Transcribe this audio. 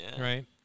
Right